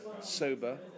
sober